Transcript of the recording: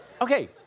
Okay